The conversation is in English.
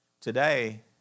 Today